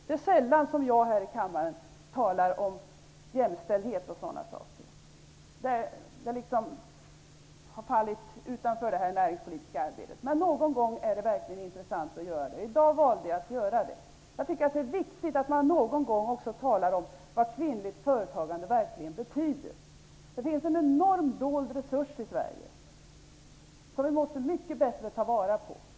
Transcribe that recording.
Det är sällan som jag talar om jämställdhet och sådana saker här i kammaren. Det har fallit utanför det näringspolitiska arbetet. Men någon gång är det verkligen intressant att göra det. I dag valde jag att göra det. Det är viktigt att någon gång också tala om vad kvinnligt företagande verkligen betyder. Det finns en enorm dold resurs i Sverige. Den måste vi ta vara på mycket bättre.